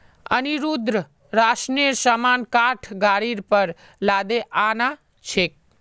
अनिरुद्ध राशनेर सामान काठ गाड़ीर पर लादे आ न छेक